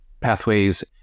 pathways